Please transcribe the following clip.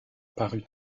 paru